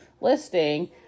listing